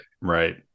right